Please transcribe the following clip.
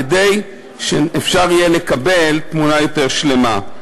כדי שאפשר יהיה לקבל תמונה יותר שלמה.